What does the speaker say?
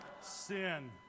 Sin